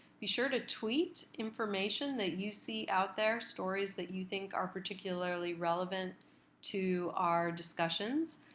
be sure to tweet information that you see out there, stories that you think are particularly relevant to our discussions,